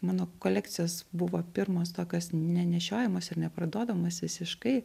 mano kolekcijos buvo pirmos tokios nenešiojamos ir neparduodamos visiškai